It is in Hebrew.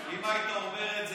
אם היית אומר את זה